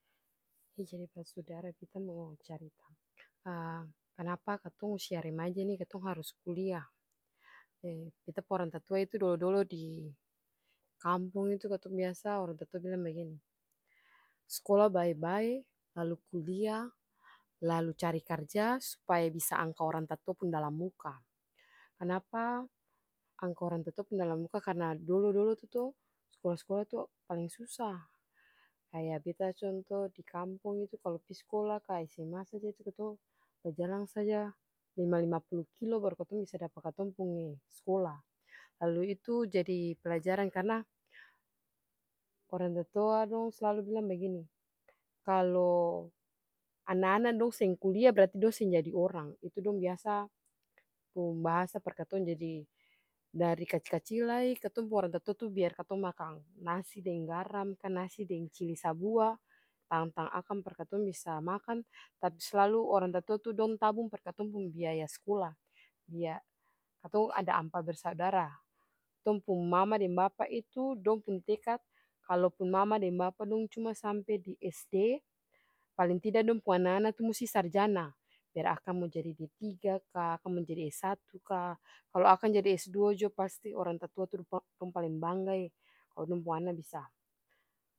Jadi basudara beta mo carit kanapa katong usia remaja nih katong harus kulia, beta pung orang tatua itu dolo-dolo di kampong itu katong biasa orang tatua bilang bagini, skola bae-bae lalu kulia, lalu cari karja supaya bisa angka orang tatua pung dalam muka, kanapa angka orang tatua pung dalam muka karna dolo-dolo tuh to skola-skola tuh paleng susa, kaya beta conto dikampong itu kalu pi skola ka sma saja itu katong bajalang saja lima lima pulu kilo baru katong bisa dapa katong pung skola, lalu itu jadi pelajaran karna orang tatua dong slalu bilang bagini, kalu ana-ana dong seng kulia berarti dong seng jadi orang itu biasa dong pung bahasa par katong jadi dari kacil-kacil lai katong pung orang tatua biar katong makang nasi deng garam ka, nasi deng cili sabua tahang-tahang akang par katong bisa makang tapi slalu orang tatua tuh dong tabung par katong pung biaya skola, katong ada ampa bersaudara, katong pung mama deng bapa itu dong pung tekat kalupun mama deng bapa cuma sampe di sd paleng tida dong pung ana-ana tuh musti sarjana, biar akang mo jadi d3 ka, akang mo jadi essatu ka, kalu akang jadi es dua jua pasti orang tatua tuh dong paleng banggae kalu dong pung ana bisa.